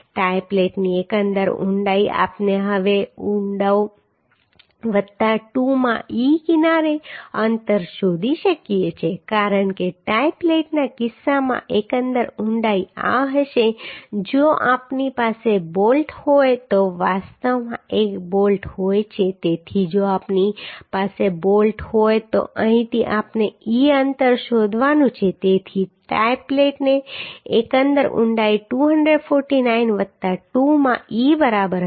tie પ્લેટની એકંદર ઊંડાઈ આપણે હવે ઊંડાઈ વત્તા 2 માં e કિનારી અંતર શોધી શકીએ છીએ કારણ કે ટાઈ પ્લેટના કિસ્સામાં એકંદર ઊંડાઈ આ હશે જો આપણી પાસે બોલ્ટ હોય તો વાસ્તવમાં એક બોલ્ટ હોય છે તેથી જો આપણી પાસે બોલ્ટ હોય તો અહીંથી આપણે e અંતર શોધવાનું છે તેથી ટાઈ પ્લેટની એકંદર ઊંડાઈ 249 વત્તા 2 માં e બરાબર હશે